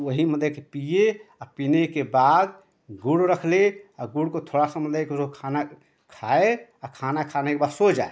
वही मतलब कि पिए पीने के बाद गुड़ रख ले और गुड़ को थोड़ा सा मतलब कि जो खाना खाए खाना खाने के बाद सो जाए